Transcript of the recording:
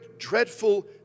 dreadful